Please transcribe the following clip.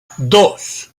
dos